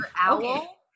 Owl